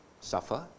suffer